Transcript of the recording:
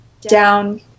down